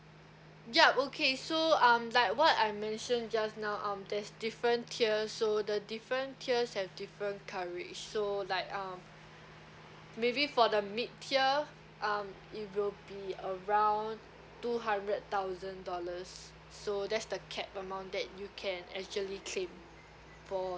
yup okay so um like what I mentioned just now um there's different tiers so the different tiers have different coverage so like um maybe for the mid tier um it will be around two hundred thousand dollars so that's the cap amount that you can actually claim for